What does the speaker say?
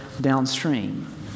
downstream